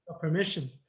permission